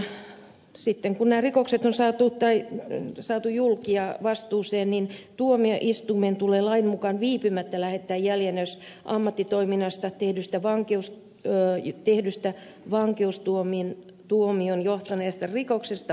mutta sitten kun nämä rikokset on saatu julki ja tekijät vastuuseen niin lain mukaan tuomioistuimen tulee viipymättä lähettää jäljennös ammattitoiminnassa tehdyn vankeustuomioon johtaneen rikoksen tuomiosta valviralle